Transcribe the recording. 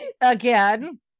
Again